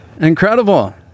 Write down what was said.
Incredible